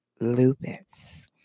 lupus